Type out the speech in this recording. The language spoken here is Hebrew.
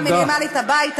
מה הבעיה?